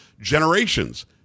generations